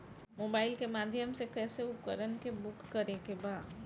Mobile के माध्यम से कैसे उपकरण के बुक करेके बा?